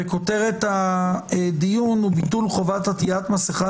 כותרת הדיון היא "ביטול חובת עטיית מסכה